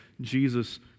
Jesus